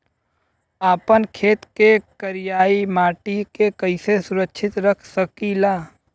आपन खेत के करियाई माटी के कइसे सुरक्षित रख सकी ला?